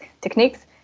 techniques